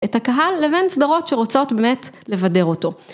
את הקהל לבין סדרות שרוצות באמת לבדר אותו.